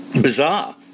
bizarre